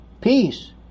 Peace